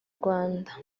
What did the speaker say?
rwanda